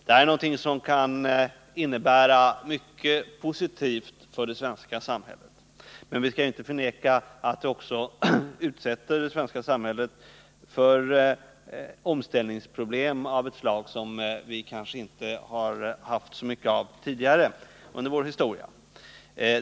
Det här är någonting som kan innebära mycket positivt för det svenska samhället. Men vi skall inte förneka att det också utsätter det svenska samhället för omställningsproblem av ett slag som vi kanske inte har haft så mycket av tidigare i vår historia.